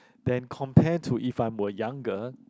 then compare to if I were younger